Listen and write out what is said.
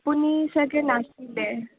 আপুনি চাগৈ নাছিলে